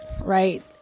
right